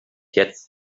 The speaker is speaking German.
jetzt